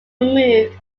removed